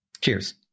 Cheers